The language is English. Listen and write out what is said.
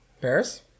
Paris